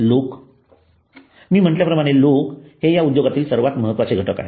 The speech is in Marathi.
लोक मी म्हटल्याप्रमाणे लोक हे या उद्योगातील सर्वात महत्त्वाचे घटक आहेत